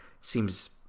seems